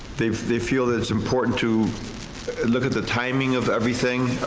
they they feel that it's important to look at the timing of everything,